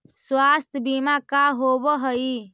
स्वास्थ्य बीमा का होव हइ?